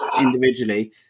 individually